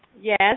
yes